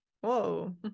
Whoa